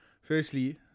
firstly